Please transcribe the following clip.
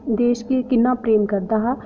देश गी किन्ना प्रेम करदा हा